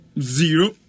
zero